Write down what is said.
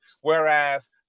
whereas –